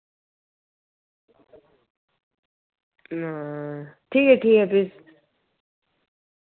हां ठीक ठीक ऐ भी